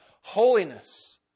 holiness